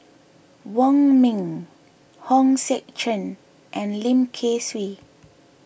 Wong Ming Hong Sek Chern and Lim Kay Siu